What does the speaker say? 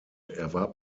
erwarb